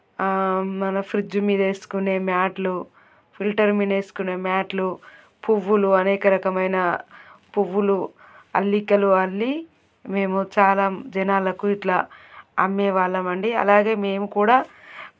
మన ఫ్రిడ్జ్ మీద వేసుకునే మ్యాట్లు ఫిల్టర్ మీద వేసుకొనే మ్యాట్లు పువ్వులు అనేక రకమైన పువ్వులు అల్లికలు అల్లి మేము చాలా జనాలకు ఇట్లా అమ్మే వాళ్ళము అండి అలాగే మేము కూడా